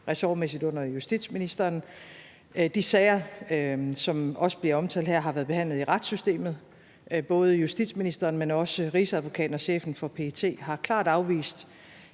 ressortmæssigt under justitsministeren. De sager, som også bliver omtalt her, har været behandlet i retssystemet. Både justitsministeren, men også Rigsadvokaten og chefen for PET har klart afvist,